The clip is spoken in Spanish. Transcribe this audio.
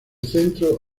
centro